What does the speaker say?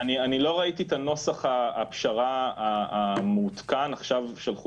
אני לא ראיתי את נוסח הפשרה המעודכן עכשיו שלחו